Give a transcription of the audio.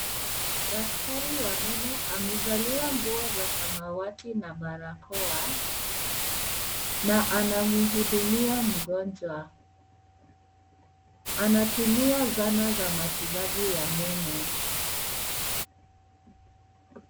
Daktari wa meno amevalia nguo za samawati na barakoa na anamhudumia mgonjwa. Anatumia zana za matibabu ya meno.